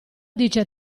dice